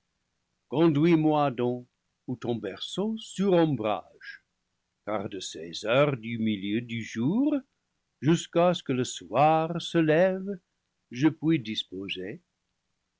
moi donc où ton berceau surombrage car de ces heures du milieu du jour jusqu'à ce que le soir se lève je puis dispo